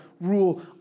rule